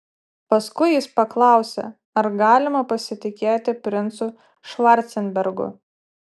paskui jis paklausė ar galima pasitikėti princu švarcenbergu